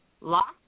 lost